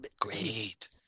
great